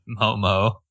Momo